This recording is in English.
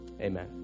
Amen